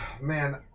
Man